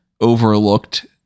overlooked